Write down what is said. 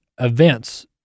events